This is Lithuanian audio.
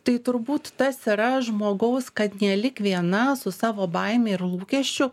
tai turbūt tas yra žmogaus kad nelik viena su savo baime ir lūkesčiu